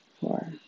four